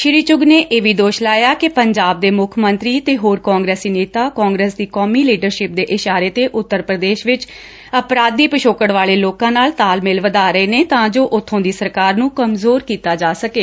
ਸ੍ਰੀ ਚੁਘ ਨੇ ਇਹ ਵੀ ਦੋਸ਼ ਲਾਇਆ ਕਿ ਪੰਜਾਬ ਦੇ ਮੁੱਖ ਮੰਤਰੀ ਅਤੇ ਹੋਰ ਕਾਂਗਰਸੀ ਨੇਤਾ ਕਾਂਗਰਸ ਦੀ ਕੌਮੀ ਲੀਡਰਸ਼ਿਪ ਦੇ ਅਸ਼ਾਰੇ ਤੇ ਉਂਤਰ ਪ੍ਰਦੇਸ਼ ਵਿੱਚ ਅਪਰਾਧੀ ਪਿਛੋਕੜ ਵਾਲੇ ਲੋਕਾਂ ਨਾਲ ਤਾਲ ਮੇਲ ਵਧਾ ਰਹੇ ਨੇ ਤਾਂ ਜੋ ਊਬੌ ਦੀ ਸਰਕਾਰ ਨੂੰ ਕਮਜੋਰ ਕੀਡਾ ਜਾ ਸਕੇ